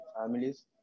families